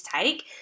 take